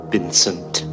Vincent